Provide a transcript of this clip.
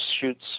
shoots